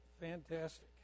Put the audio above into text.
fantastic